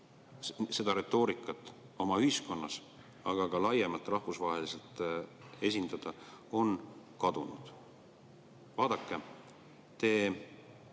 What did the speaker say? seda retoorikat oma ühiskonnas, aga ka laiemalt rahvusvaheliselt esindada, on kadunud. Vaadake, te